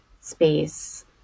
space